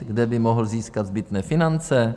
Kde by mohl získat zbytné finance?